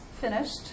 finished